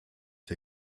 der